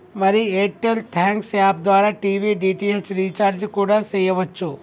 మరి Airtel thanks app ద్వారా TV DTH recharge కూడా సెయ్యవచ్చు